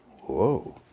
Whoa